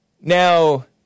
Now